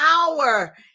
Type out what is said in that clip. power